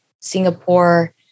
Singapore